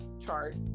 chart